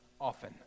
often